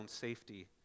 safety